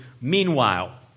Meanwhile